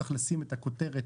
צריך לשים את הכותרת,